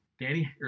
Danny